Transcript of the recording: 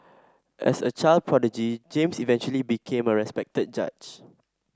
as a child prodigy James eventually became a respected judge